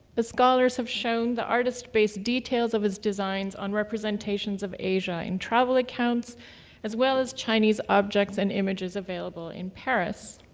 scholars have shown the artist based details of his designs on representations of asia in travel accounts as well as chinese objects and images available in paris.